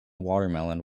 watermelon